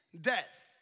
death